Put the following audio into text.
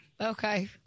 okay